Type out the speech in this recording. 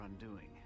undoing